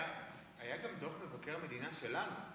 היה גם דוח מבקר המדינה שלנו.